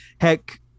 Heck